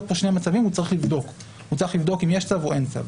פה שני מצבים והוא צריך לבדוק אם יש צו או אין צו.